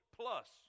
plus